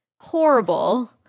Horrible